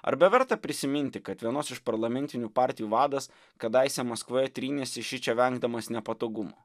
ar beverta prisiminti kad vienos iš parlamentinių partijų vadas kadaise maskvoje trynėsi šičia vengdamas nepatogumų